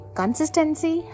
consistency